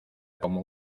como